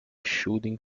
shooting